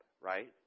right